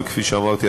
וכפי שאמרתי,